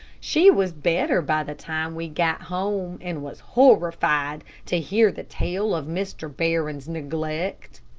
she was better by the time we got home, and was horrified to hear the tale of mr. barron's neglect.